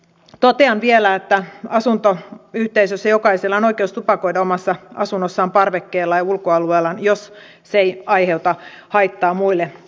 totean vielä että asuntoyhteisössä jokaisella on oikeus tupakoida omassa asunnossaan parvekkeellaan ja ulkoalueella jos se ei aiheuta haittaa muille asukkaille